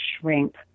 shrink